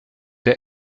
der